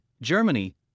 Germany